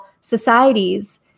societies